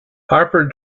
harper